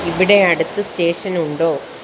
ഇവിടെ അടുത്ത് സ്റ്റേഷൻ ഉണ്ടോ